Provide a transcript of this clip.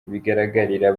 bigaragarira